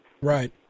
Right